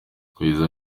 kugeza